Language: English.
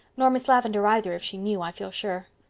nor miss lavendar either if she knew, i feel sure.